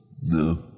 no